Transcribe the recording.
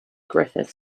griffith